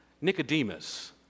Nicodemus